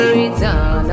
return